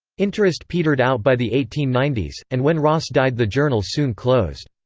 interest petered out by the eighteen ninety s, and when ross died the journal soon closed.